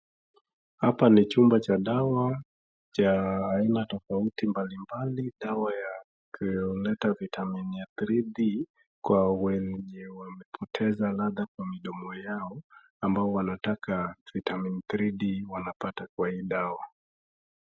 Hapa ni chumba cha dawa cha aina tofauti mbali mbali , dawa ya kuleta vitamin ya 3D kwa wenye wamepoteza ladha kwa mdomo yao ambao wanataka vitamin 3D wanapata kwa hii dawa.